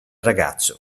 ragazzo